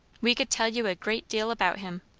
we could tell you a great deal about him.